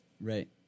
Right